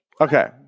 Okay